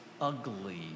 ugly